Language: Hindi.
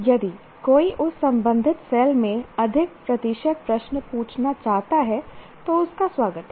यदि कोई उस संबंधित सेल में अधिक प्रतिशत प्रश्न पूछना चाहता है तो उसका स्वागत करते हैं